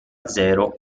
zero